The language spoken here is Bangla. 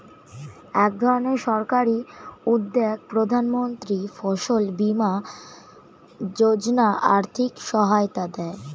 একধরনের সরকারি উদ্যোগ প্রধানমন্ত্রী ফসল বীমা যোজনা আর্থিক সহায়তা দেয়